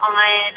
on